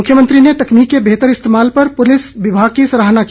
मुख्यमंत्री ने तकनीँक के बेहतर इस्तेमाल पर पुलिस विभाग की सराहना की